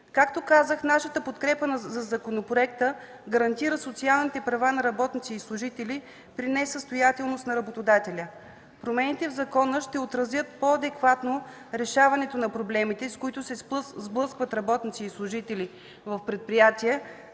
Както казах, нашата подкрепа за законопроекта гарантира социалните права на работници и служители при несъстоятелност на работодателя. Промените в закона ще отразят по-адекватно решаването на проблемите, с които се сблъскват работници и служители в предприятия